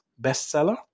bestseller